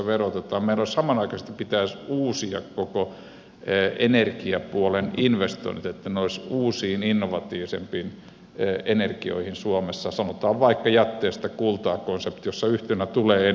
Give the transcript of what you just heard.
meillä samanaikaisesti pitäisi uusia koko energiapuolen investoinnit että ne tehtäisiin uusiin innovatiivisempiin energioihin suomessa sanotaan vaikka jätteestä kultaa konsepti jossa yhtenä tulee energiaa sähköä